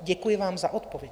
Děkuji vám za odpověď.